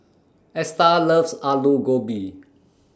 Esta loves Aloo Gobi